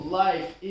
life